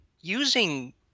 using